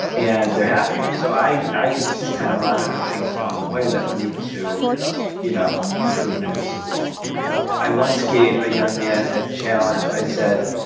and they're happier. so i i can so kind of monitor things along the way that lead to you know improvement in school i once gave a young man a challenge. i said,